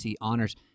honors